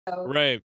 right